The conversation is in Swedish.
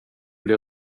blir